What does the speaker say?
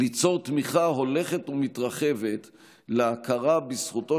ליצור תמיכה הולכת ומתרחבת בהכרה בזכותו